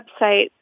website